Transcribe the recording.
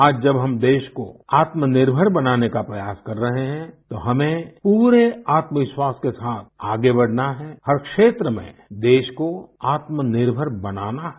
आज जब हम देश को आत्मनिर्मर बनाने का प्रयास कर रहे हैं तो हमें पूरे आत्मविश्वास के साथ आगे बढ़ना है हर क्षेत्र में देश को आत्मनिर्भर बनाना है